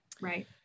Right